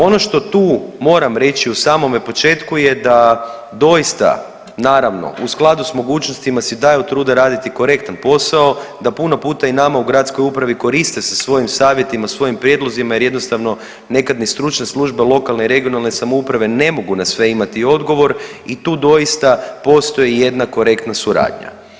Ono što tu moram reći u samome početku je da doista naravno u skladu s mogućnostima si daju truda raditi korektan posao, da puno puta i nama u gradskoj upravi koriste sa svojim savjetima, svojim prijedlozima jer jednostavno nekad ni stručna služba lokalne i regionalne samouprave ne mogu na sve imati odgovor i tu doista postoji jedna korektna suradnja.